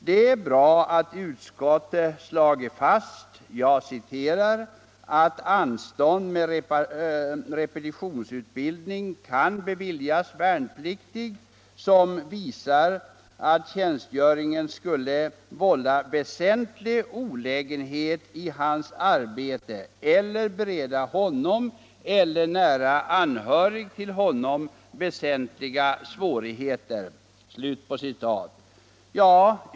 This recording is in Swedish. Det är bra att utskottet slagit fast att anstånd med repetitionsutbildning ”kan beviljas värnpliktig som visar att tjänstgöringen skulle vålla väsentlig olägenhet i hans arbete eller bereda honom eller nära anhörig till honom väsentliga svårigheter”.